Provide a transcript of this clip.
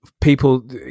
people